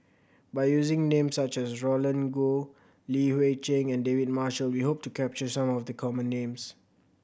by using names such as Roland Goh Li Hui Cheng and David Marshall we hope to capture some of the common names